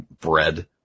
bread